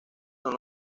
son